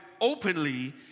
openly